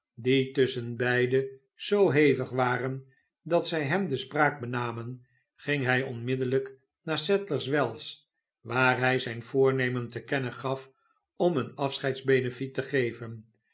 die tusschenbeide zoo hevig waren dat zij hem de spraak benamen ging hij onmiddellijk naar sadlerswells waar hij zijn voornemen te kennen gaf om een afscheidsbenefiet te geven